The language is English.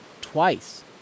twice